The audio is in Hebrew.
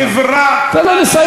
חברה שהיא,